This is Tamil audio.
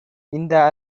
இந்த